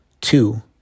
two